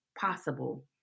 possible